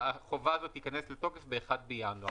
החובה הזאת תיכנס לתוקף ב-1 בינואר.